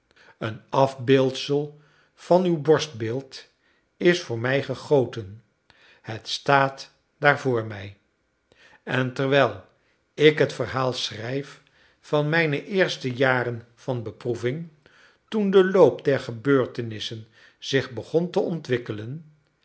een afbeeldsel van uw borstbeeld is voor mij gegoten het staat daar voor mij en terwijl ik het verhaal schrijf van mijne eerste jaren van beproeving toen de loop der gebeurtenissen zich begon te ontwikkelen